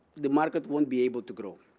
the market won't be able to grow.